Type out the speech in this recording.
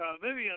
Vivian